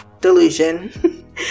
delusion